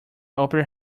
opera